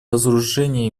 разоружение